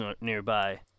nearby